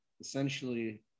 essentially